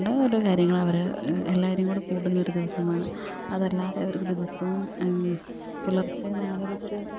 ഓരോ കാര്യങ്ങളവർ എല്ലാവരും കൂടി കൂടുന്നൊരു ദിവസമാണ് അതല്ലാതെയവർക്കു ദിവസവും പുലർച്ച നാലരയ്ക്ക്